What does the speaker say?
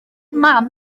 mam